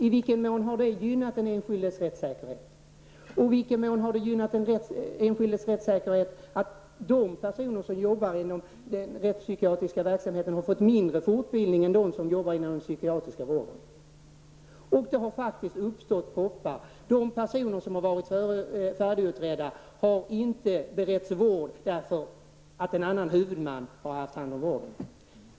I vilken mån har det gynnat den enskildes rättssäkerhet? I vilken mån har det gynnat den enskildes rättssäkerhet att de personer som jobbar inom den rättspsykiatriska verksamheten har fått mindre fortbildning än de som jobbar inom den psykiatriska vården? Det har faktiskt uppstått proppar. Personer vars fall har varit färdigutredda har inte beretts vård därför att en annan huvudman har haft hand om vården.